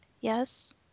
Yes